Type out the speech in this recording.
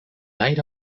aire